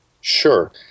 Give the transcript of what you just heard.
Sure